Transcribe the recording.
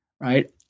Right